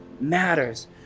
matters